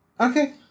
Okay